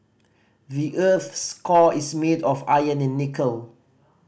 the earth's core is made of iron and nickel